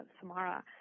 Samara